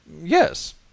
Yes